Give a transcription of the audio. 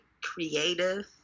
creative